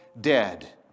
dead